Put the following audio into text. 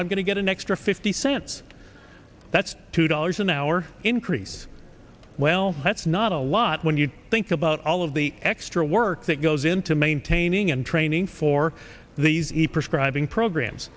i'm going to get an extra fifty cents that's two dollars an hour increase well that's not a lot when you think about all of the extra work that goes into maintaining and training for the z perscribe in programs